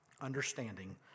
Understanding